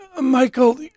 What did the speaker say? Michael